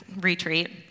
retreat